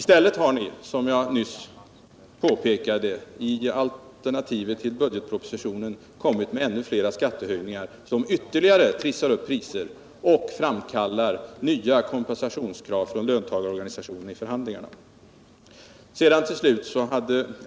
Som jag nyss påpekade har ni i stället i alternativet till budgetpropositionen föreslagit ännu flera skattehöjningar, som ytterligare trissar upp priserna och framkallar nya kompensationskrav från löntagarorganisationerna vid förhandlingarna.